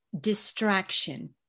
distraction